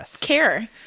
care